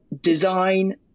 design